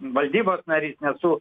valdybų narys nesu